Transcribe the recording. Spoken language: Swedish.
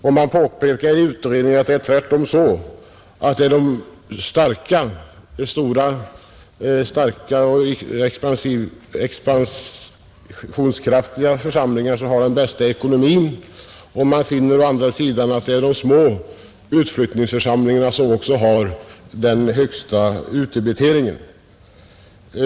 Utredningen framhåller att det tvärtom är de stora och expansionskraftiga församlingarna som har den bästa ekonomin. Det är de små utflyttningsförsamlingarna som har den högsta utdebiteringen.